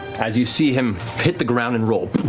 as you see him hit the ground and roll,